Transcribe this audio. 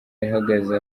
yageze